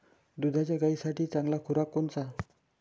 दुधाच्या गायीसाठी चांगला खुराक कोनचा?